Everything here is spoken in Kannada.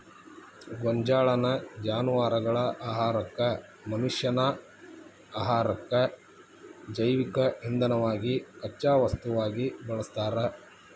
ಗೋಂಜಾಳನ್ನ ಜಾನವಾರಗಳ ಆಹಾರಕ್ಕ, ಮನಷ್ಯಾನ ಆಹಾರಕ್ಕ, ಜೈವಿಕ ಇಂಧನವಾಗಿ ಕಚ್ಚಾ ವಸ್ತುವಾಗಿ ಬಳಸ್ತಾರ